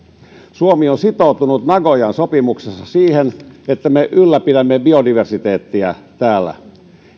suomi on sitoutunut nagoyan sopimuksessa siihen että me ylläpidämme biodiversiteettiä täällä